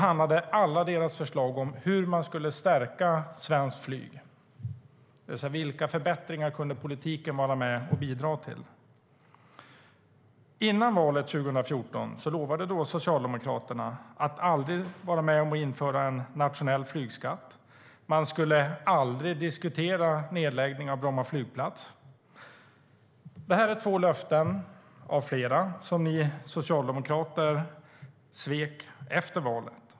Alla deras förslag handlade om hur man skulle stärka svenskt flyg, det vill säga vilka förbättringar politiken kunde vara med och bidra till. Före valet 2014 lovade Socialdemokraterna att aldrig vara med om att införa en nationell flygskatt, och de skulle aldrig diskutera en nedläggning av Bromma flygplats. Det är två löften av flera som Socialdemokraterna svek efter valet.